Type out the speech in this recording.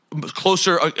closer